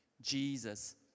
Jesus